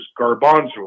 garbanzo